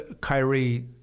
Kyrie